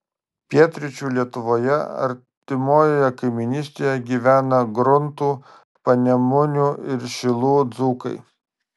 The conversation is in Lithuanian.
pietryčių lietuvoje artimoje kaimynystėje gyvena gruntų panemunių ir šilų dzūkai